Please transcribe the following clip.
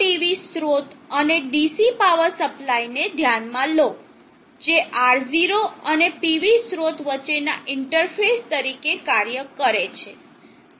આ PV સ્રોત અને DC DC પાવર સપ્લાયને ધ્યાનમાં લો જે R0 અને PV સ્રોત વચ્ચેના ઇન્ટરફેસ તરીકે કાર્ય કરે છે